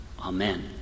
Amen